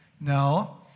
No